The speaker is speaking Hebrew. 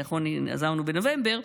נכון, עזבנו בנובמבר,